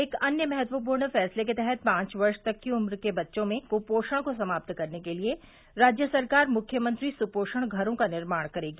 एक अन्य महत्वपूर्ण फैसले के तहत पांच वर्ष तक की उम्र के बच्चों में कुपोषण को समाप्त करने के लिए राज्य सरकार मुख्यमंत्री सुपोषण घरों का निर्माण करेगी